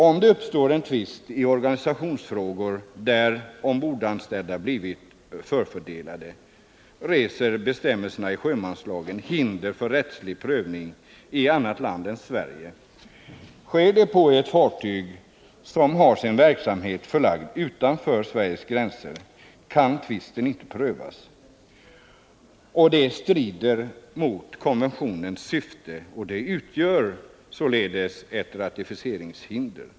Om det uppstår en tvist i organisationsfrågor där ombordanställda blivit förfördelade, reser bestämmelserna i sjömanslagen hinder för rättslig prövning i annat land än Sverige. Sker det på ett fartyg som har sin verksamhet förlagd utanför Sveriges gränser, kan tvisten inte prövas. Det strider mot konventionens syfte, och det utgör således ett ratificeringshinder.